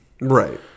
Right